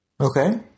Okay